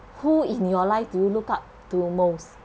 who in your life do you looked up to most